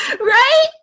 right